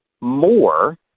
more